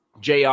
JR